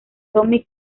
tommy